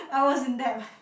I was in debt